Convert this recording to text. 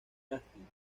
casting